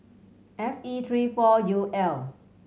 F E three four U L